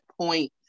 point